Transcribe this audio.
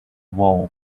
wall